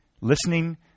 listening